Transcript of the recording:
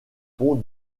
pont